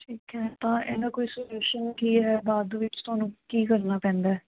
ਠੀਕ ਹੈ ਤਾਂ ਇਹਦਾ ਕੋਈ ਸਲਿਊਸ਼ਨ ਕੀ ਹੈ ਬਾਅਦ ਵਿੱਚ ਤੁਹਾਨੂੰ ਕੀ ਕਰਨਾ ਪੈਂਦਾ